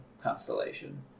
constellation